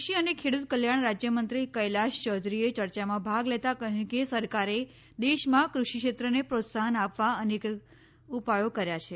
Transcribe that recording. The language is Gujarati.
કૃષિ અને ખેડત કલ્યાણ રાજયમંત્રી કૈલાશ ચૌધરીએ ચર્ચામાં ભાગ લેતાં કહયું કે સરકારે દેશમાં કૃષિ ક્ષેત્રને પ્રોત્સાહન આપવા અનેક ઉપાયો કર્યા છે